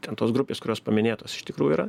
ten tos grupės kurios paminėtos iš tikrųjų yra